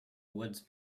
woods